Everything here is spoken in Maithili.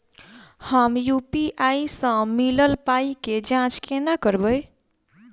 हम यु.पी.आई सअ मिलल पाई केँ जाँच केना करबै?